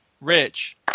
Rich